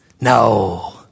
No